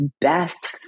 best